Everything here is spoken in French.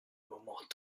moment